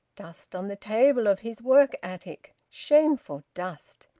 dust on the table of his work-attic! shameful dust!